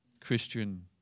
Christian